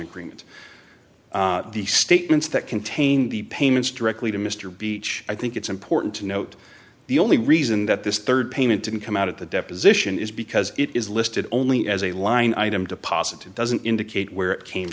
agreement the statements that contain the payments directly to mr beach i think it's important to note the only reason that this rd payment didn't come out at the deposition is because it is listed only as a line item deposited doesn't indicate where it came